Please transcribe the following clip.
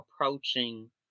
approaching